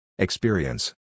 Experience